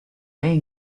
may